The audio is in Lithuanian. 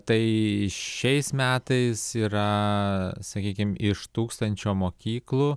tai šiais metais yra sakykim iš tūkstančio mokyklų